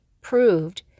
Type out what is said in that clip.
proved